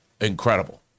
incredible